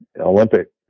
Olympic